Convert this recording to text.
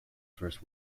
first